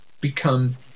become